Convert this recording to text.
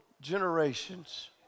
generations